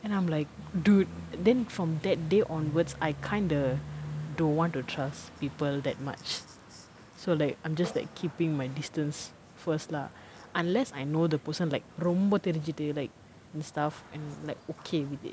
and I'm like dude then from that day onwards I kind of don't want to trust people that much so like I'm just like keeping my distance first lah unless I know the person like ரொம்ப தெரிஞ்சுட்டு:romba therinjuttu like and stuff and like okay with it